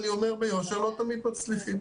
אני אומר ביושר, לא תמיד מצליחים.